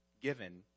given